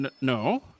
No